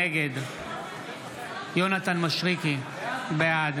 נגד יונתן מישרקי, בעד